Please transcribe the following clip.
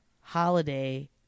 holiday